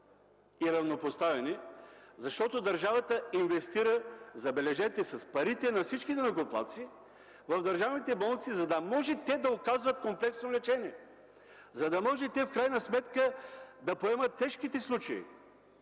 и равнопоставени, защото държавата инвестира – забележете – с парите на всички данъкоплатци в държавните болници, за да може те да оказват комплексно лечение, за да може те в крайна сметка да поемат тежките случаи.